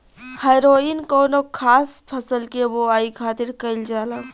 हैरोइन कौनो खास फसल के बोआई खातिर कईल जाला